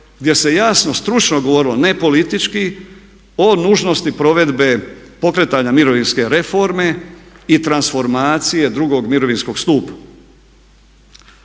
gdje se jasno stručno govorilo ne politički o nužnosti provedbe pokretanja mirovinske reforme i transformacije drugog mirovinskog stupa.